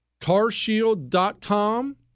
carshield.com